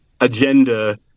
agenda